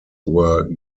were